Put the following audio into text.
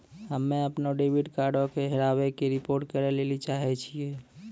हम्मे अपनो डेबिट कार्डो के हेराबै के रिपोर्ट करै लेली चाहै छियै